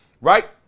right